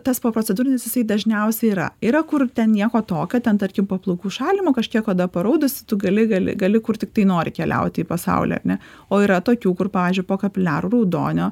tas poprocedūrinis jisai dažniausiai yra yra kur ten nieko tokio ten tarkim po plaukų šalinimo kažkiek oda paraudusi tu gali gali gali kur tiktai nori keliaut į pasaulį ar ne o yra tokių kur pavyzdžiui po kapiliarų raudonio